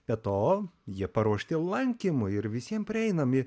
be to jie paruošti lankymui ir visiem prieinami